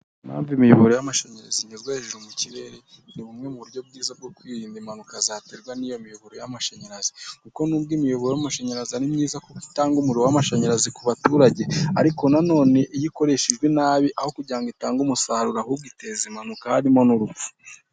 Impamvu imiyoboro y'amashanyarazi inyuzwa hejuru mu kirere ni bumwe mu buryo bwiza bwo kwirinda impanuka zaterwa n'iyo miyoboro y'amashanyarazi kuko nubwo imiyoboro y'amashanyarazi myiza kuko itanga umuriro w'amashanyarazi ku baturage, ariko na none iyo ikoreshejwe nabi aho kugira itange umusaruro ahubwo iteza impanuka harimo n'urupfu.